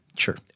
Sure